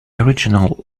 original